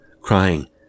crying